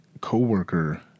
coworker